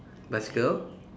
bicycle